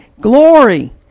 glory